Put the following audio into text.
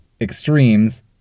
Extremes